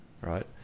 right